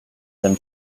them